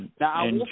Now